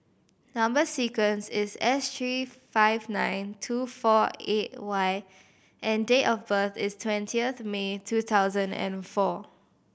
number sequence is S seven three five nine two four eight Y and date of birth is twentieth May two thousand and four